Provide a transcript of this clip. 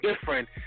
different